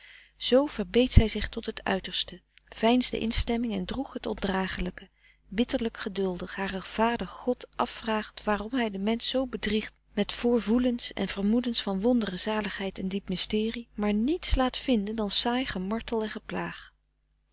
zoo verbeet zij zich tot het uiterste veinsde instemming en droeg het ondragelijke bitterlijk geduldig haren vader god afvragend waarom hij den mensch zoo bedriegt met voorvoelens en vermoedens van wondere zaligheid en diep mysterie maar niets laat vinden dan saai gemartel en geplaag